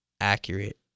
accurate